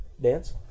Dance